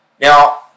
Now